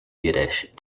yiddish